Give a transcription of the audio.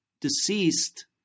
deceased